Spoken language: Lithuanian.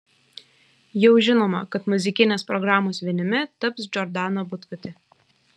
jau žinoma kad muzikinės programos vinimi taps džordana butkutė